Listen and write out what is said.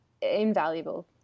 invaluable